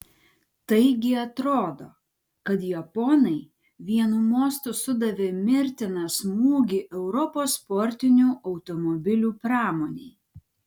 taigi atrodo kad japonai vienu mostu sudavė mirtiną smūgį europos sportinių automobilių pramonei